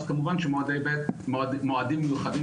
כמובן שמועדים מיוחדים,